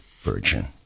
Virgin